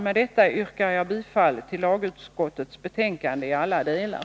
Med detta yrkar jag bifall till lagutskottets hemställan i alla delar.